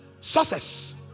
success